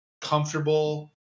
comfortable